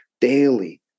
daily